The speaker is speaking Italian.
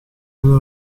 delle